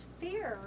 fear